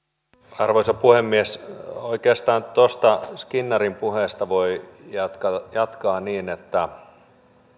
arvoisa puhemies oikeastaan tuosta skinnarin puheesta voi jatkaa niin että